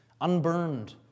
unburned